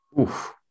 Oof